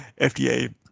FDA